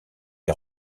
est